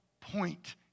point